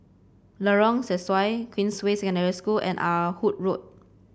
Lorong Sesuai Queensway Secondary School and Ah Hood Road